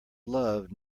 love